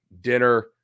dinner